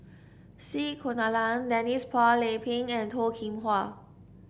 C Kunalan Denise Phua Lay Peng and Toh Kim Hwa